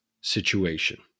situation